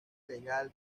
legal